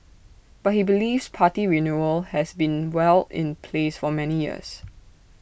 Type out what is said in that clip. but he believes party renewal has been well in place for many years